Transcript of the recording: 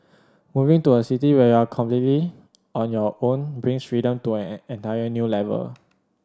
moving to a city where you're completely on your own brings freedom to an entire new level